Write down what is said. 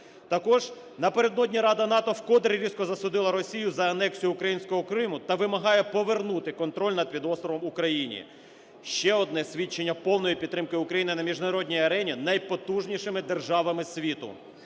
Також напередодні рада НАТО вкотре різко засудила Росію за анексію українського Криму та вимагає повернути контроль над півостровом Україні. Ще одне свідчення повної підтримки України на міжнародній арені найпотужнішими державами світу.